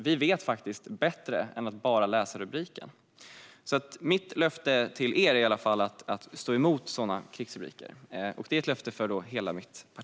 Vi vet faktiskt bättre än att bara läsa rubriker, och mitt löfte till er, från hela mitt parti, är att stå emot sådana krigsrubriker.